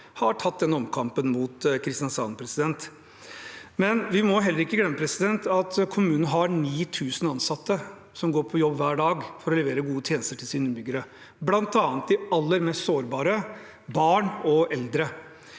har tatt den omkampen mot Kristiansand. Vi må heller ikke glemme at kommunen har 9 000 ansatte som går på jobb hver dag for å levere gode tjenester til sine innbyggere, bl.a. til de aller mest sårbare, barn og eldre.